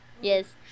Yes